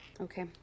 Okay